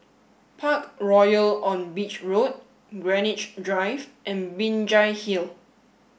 Parkroyal on Beach Road Greenwich Drive and Binjai Hill